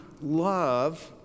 love